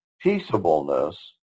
peaceableness